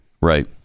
Right